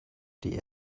die